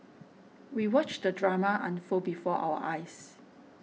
we watched the drama unfold before our eyes